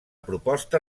proposta